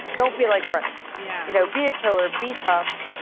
don't be like freddy. yeah. you know, be a killer, be tough.